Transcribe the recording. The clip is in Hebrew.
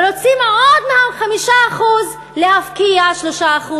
ורוצים עוד מה-5% להפקיע 3%,